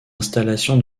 installation